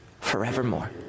forevermore